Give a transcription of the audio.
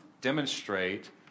demonstrate